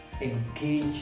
engage